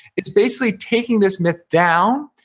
it's basically taking this myth down,